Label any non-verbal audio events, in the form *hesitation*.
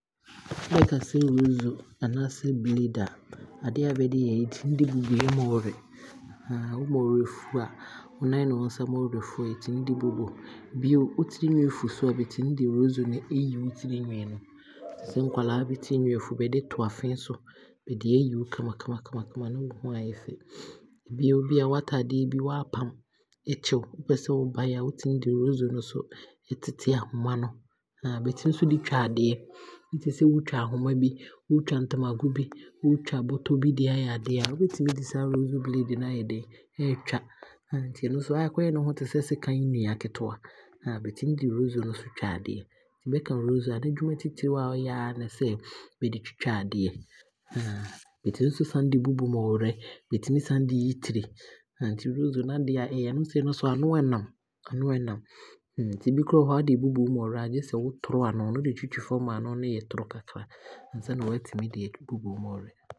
Bɛkasɛ razzor anaasɛ Blade a, adeɛ a bɛde yɛ aa ne sɛ bɛde bubu yɛn bɔwerɛ. *hesitation* Wo bɔwerɛ fu a, wo nan me wo nsa bɔwerɛ fu a, yɛtumi de bubu. Bio wo tirinwii ɛfu nso a yɛtumi de razzor nso yi wo tirinwii no. Sɛ nkwadaa bɛ tirinwii fu a, bɛde to afee so na bɛde aayi wo kama kama kama kama na wo ho aayɛ fɛ. Bio, bia waataadeɛ bi a waapam na ɛkyew na wopɛsɛ wo bae a wotumi de razzor no nso ɛtete ahoma no. *hesitation* Bɛtumi nso de twa adeɛ, bi te sɛ wootwa adeɛ, wootwa ahoma bi, wootwa ntomago bi, wootwa bɔtɔ bi de aayɛ adeɛ a, wobɛtumi de saa razzor blade no ayɛ dɛn aatwa *hesitation* nti ɛno nso ɛɛyɛ aakɔyɛ ne ho te sɛ sekan nua ketewa, *hesitation* bɛtumi de razzor nso twa adeɛ. Nti bɛka razzor a n'adwuma titire a ɛyɛ aa ne sɛ bɛde twitwa adeɛ *hesitation* bɛtumi san nso de bubu bɔwerɛ, yɛtumi san de yi tire. *hesitation* Nti razzor naadeɛ a ɛyɛ aa, wohu sɛ ɛno nso ano ɛyɛ nam, ɛna ɛyɛ nam nti bi koraa wɔ hɔ a wode eebubu bɔwerɛ a gye sɛ wo toro ano, wode twitwi fam ma ano no yɛ toro kakra ansa na watumi de aabubu wo bɔwerɛ.